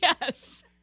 yes